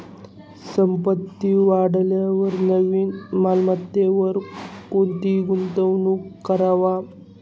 संपत्ती वाढेलवर नवीन मालमत्तावर कोणती गुंतवणूक करवा